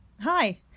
Hi